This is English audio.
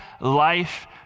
life